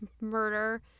murder